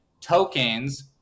tokens